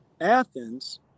Athens